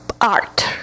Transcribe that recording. art